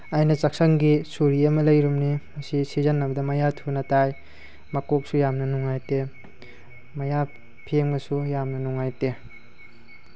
ꯑꯩꯅ ꯆꯥꯛꯁꯪꯒꯤ ꯁꯨꯔꯤ ꯑꯃ ꯂꯩꯔꯨꯕꯅꯤ ꯃꯁꯤ ꯁꯤꯖꯤꯟꯅꯕꯗ ꯃꯌꯥ ꯊꯨꯅ ꯇꯥꯏ ꯃꯀꯣꯛꯁꯨ ꯌꯥꯝꯅ ꯅꯨꯡꯉꯥꯏꯇꯦ ꯃꯌꯥ ꯐꯦꯡꯉꯁꯨ ꯌꯥꯝꯅ ꯅꯨꯡꯉꯥꯏꯇꯦ